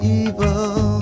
evil